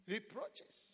Reproaches